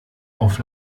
auf